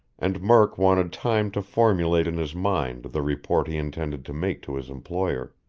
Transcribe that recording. and murk wanted time to formulate in his mind the report he intended to make to his employer.